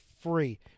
free